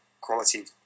quality